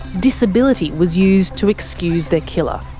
disability was used to excuse their killer.